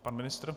Pan ministr?